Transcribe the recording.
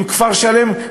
כפר-שלם,